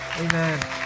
amen